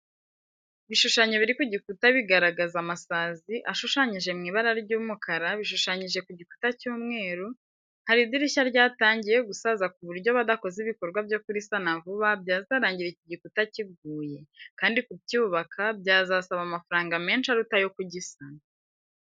Ibishushanyo biri ku gikuta bigaragaza amasazi, ashushanyije mu ibara ry'umukara bishushanyije ku gikuta cy'umweru, hari idirishya ryatangiye gusaza ku buryo badakoze ibikorwa byo kurisana vuba byazarangira iki gikuta kiguye, kandi kucyubaka byazasaba amafaranga menshi aruta ayo kugisana.